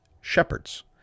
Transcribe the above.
shepherds